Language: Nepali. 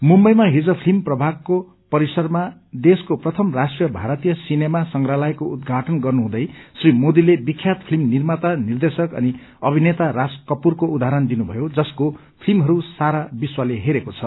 मुम्बईमा हिज फिल्म प्रभागको परिसरमा देशको प्रथम राष्ट्रीय भारतीय सिनेमा संग्रहालयको उद्घाटन गर्नुहँदै श्री मोदीले विख्यात फिल्म निर्माता निर्देशक अनि अभिनेता राजकपूरको उदाहरण दिनुभयो जसको फिल्महरू सारा विश्वले हेरेको छ